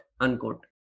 unquote